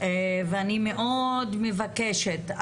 אני מאוד מבקשת,